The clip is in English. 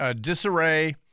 disarray